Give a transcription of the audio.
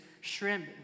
shrimp